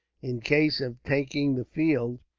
in case of taking the field,